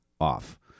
off